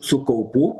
su kaupu